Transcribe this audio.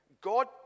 God